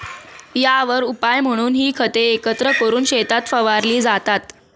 यावर उपाय म्हणून ही खते एकत्र करून शेतात फवारली जातात